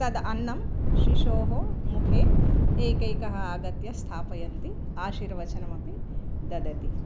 तदन्नं शिशोः मुखे एकैकः आगत्य स्थापयन्ति आशिर्वचनमपि ददति